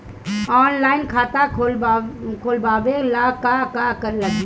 Online खाता खोलबाबे ला का का लागि?